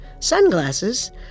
sunglasses